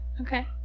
Okay